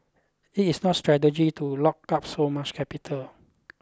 it is not strategic to lock up so much capital